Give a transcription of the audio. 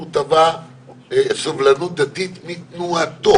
הוא תבע סבלנות דתית מתנועתו.